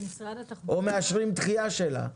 או מאשרים דחייה שלה,